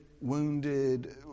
wounded